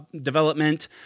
development